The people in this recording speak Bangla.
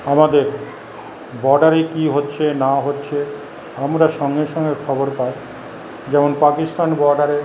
আমাদের বর্ডারে কি হচ্ছে না হচ্ছে আমরা সঙ্গে সঙ্গে খবর পাই যেমন পাকিস্তান বর্ডারে